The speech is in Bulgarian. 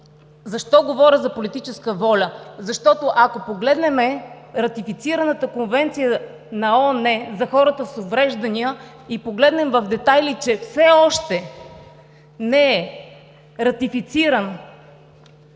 Защо говоря за политическа воля? Ако погледнем ратифицираната конвенция на ООН за хората с увреждания в детайли – че все още не е ратифициран